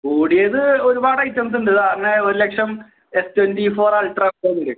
കൂടിയത് ഒരുപാട് ഐറ്റംസുണ്ട് ഇതങ്ങനെ ഒരുലക്ഷം ട്വൻറി ഫോർ അൾട്രാ ഒക്കെയുണ്ട്